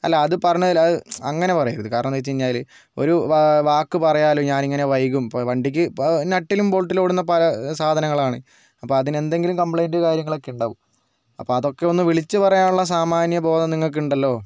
അല്ല അത് പറഞ്ഞതിൽ അങ്ങനെ പറയരുത് കാരണം എന്താ വെച്ചു കഴിഞ്ഞാൽ ഒരു വാക്ക് പറയാലോ ഞാനിങ്ങനെ വൈകും വണ്ടിക്ക് പാ നട്ടിലും ബോൾട്ടിലും ഓടുന്ന പല സാധനങ്ങളാണ് അപ്പോൾ അതിനെന്തെങ്കിലും കംപ്ലയിന്റ് കാര്യങ്ങളൊക്കെ ഉണ്ടാവും അപ്പോൾ അതൊക്കെ ഒന്ന് വിളിച്ച് പറയാനുള്ള സാമാന്യ ബോധം നിങ്ങൾക്കുണ്ടല്ലോ